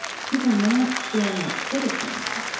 people not feeling like citizens